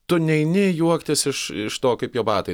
tu neini juoktis iš to kaip jo batai